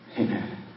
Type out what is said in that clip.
Amen